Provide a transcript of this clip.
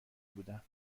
بودم